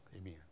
Amen